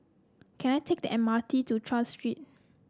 can I take the M R T to Tras Street